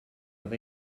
oedd